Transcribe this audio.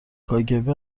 کاگب